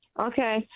Okay